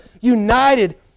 united